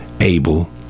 Abel